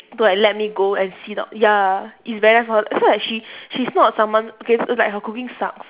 to like let me go and see doc~ ya it's very nice for her so like she she's not someone okay it's like her cooking sucks